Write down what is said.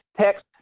text